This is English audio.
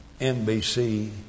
NBC